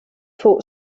for